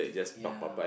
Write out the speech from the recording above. ya